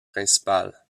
principal